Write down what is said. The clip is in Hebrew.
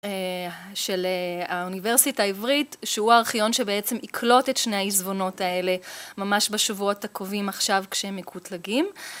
אה... של האוניברסיטה העברית, שהוא הארכיון שבעצם יקלוט את שני העזבונות האלה, ממש בשבועות הקרובים, עכשיו כשהם מקוטלגים...